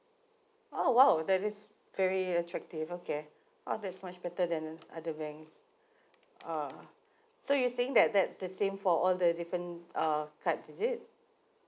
oh !wow! that is very attractive okay oh that's much better than the other banks uh so you saying that that's the same for all the different uh cards is it